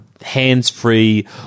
hands-free